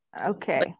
okay